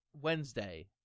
Wednesday